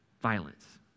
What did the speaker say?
Violence